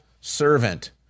servant